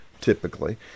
typically